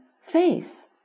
faith